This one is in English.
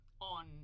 on